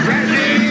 Ready